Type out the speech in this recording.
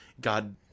God